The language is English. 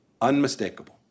unmistakable